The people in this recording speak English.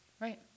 Right